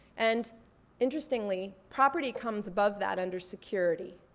and interestingly, property comes above that under security.